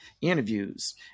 interviews